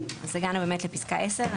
תיקון חוק שירותי תשלום 72. (10)